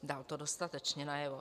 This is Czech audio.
Dal to dostatečně najevo.